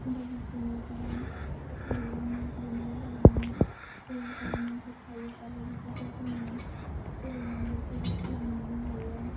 बायदिफोरनि गोबां लिरलांनाय लिरनानै गालांनायफोर जारिमिनफोर थायो आरो बेफोरखौ जोङो फरायनानै जोबोद गियान मोननो हायो